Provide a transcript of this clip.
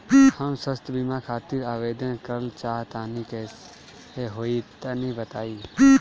हम स्वास्थ बीमा खातिर आवेदन करल चाह तानि कइसे होई तनि बताईं?